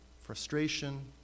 Frustration